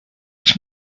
ich